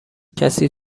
کسی